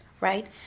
right